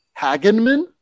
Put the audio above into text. Hagenman